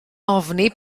ofni